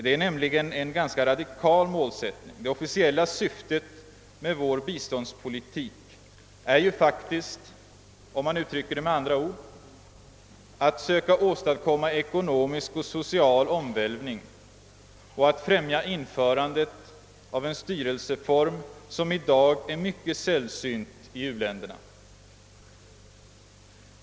Det är nämligen en ganska radikal målsättning. Det officiella syftet med vår biståndspolitik är ju faktiskt — om man uttrycker det med andra ord — att söka åstadkomma ekonomisk och social omvälvning och att främja införandet av en styrelseform som i dag är mycket sällsynt i u-länderna.